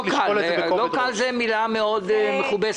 "לא קל" זה מילה מאוד מכובסת.